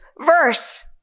Verse